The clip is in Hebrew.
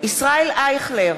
ישראל אייכלר,